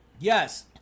Yes